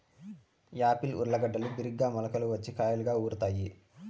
Apple ఊర్లగడ్డలు బిరిగ్గా మొలకలు వచ్చి కాయలుగా ఊరుతాయి